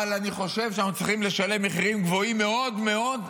אבל אני חושב שאנחנו צריכים לשלם מחירים גבוהים מאוד מאוד,